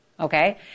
Okay